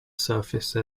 surface